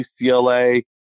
UCLA